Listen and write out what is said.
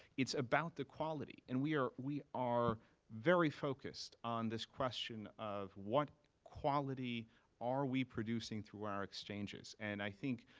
it's about the quality. and we are we are very focused on this question of what quality are we producing through our exchanges, and i think,